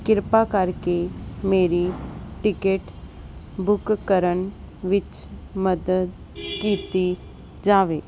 ਕਿਰਪਾ ਕਰਕੇ ਮੇਰੀ ਟਿਕਟ ਬੁੱਕ ਕਰਨ ਵਿੱਚ ਮਦਦ ਕੀਤੀ ਜਾਵੇ